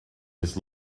his